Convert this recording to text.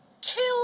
Kill